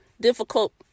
difficult